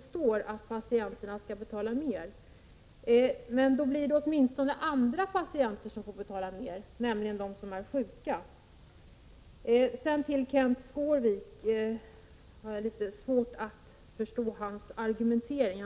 står i reservationen att patienterna skall betala mer. Men då blir det i stället andra patienter som får betala mer — nämligen de som är sjuka. Jag har litet svårt att förstå Kenth Skårviks argumentering.